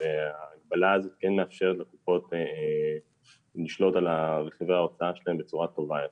ההגבלה כן מאפשרת לקופות לשלוט על רכיבי ההוצאה שלה בצורה טובה יותר.